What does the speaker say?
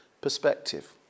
perspective